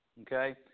okay